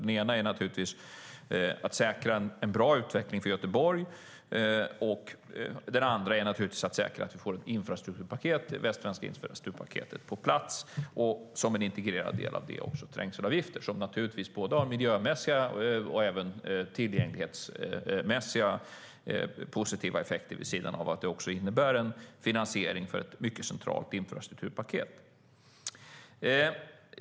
Den ena är att säkra en bra utveckling för Göteborg. Den andra är naturligtvis att säkra att vi får Västsvenska paketet på plats - och som en integrerad del av det också trängselavgifter, som har miljömässigt och tillgänglighetsmässigt positiva effekter vid sidan av att de också innebär finansiering för ett mycket centralt infrastrukturpaket.